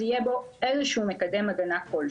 אז אם משתמשים בשמן לפחות שיהיה בו מקדם הגנה כלשהו.